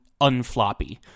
unfloppy